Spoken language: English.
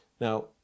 Now